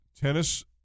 Tennis